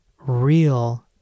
real